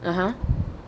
(uh huh)